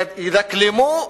ידקלמו,